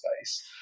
space